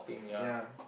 ya